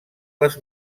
les